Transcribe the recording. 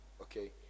okay